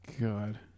God